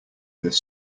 this